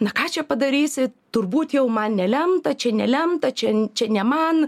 na ką čia padarysi turbūt jau man nelemta čia nelemta čia čia ne man